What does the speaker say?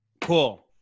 cool